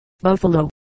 Buffalo